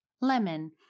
lemon